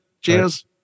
cheers